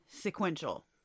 sequential